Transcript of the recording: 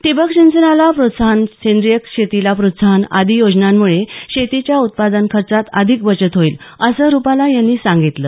ठिबक सिंचनाला प्रोत्साहन सेंद्रीय शेतीला प्रोत्साहन आदी योजनांमुळे शेतीच्या उत्पादन खर्चात अधिक बचत होईल असं रुपाला यांनी सांगितलं